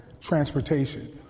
transportation